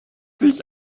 sich